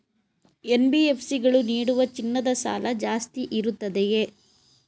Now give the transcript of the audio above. NBFC ಗಳು ನೀಡುವ ಚಿನ್ನದ ಸಾಲ ಜಾಸ್ತಿ ಇರುತ್ತದೆಯೇ?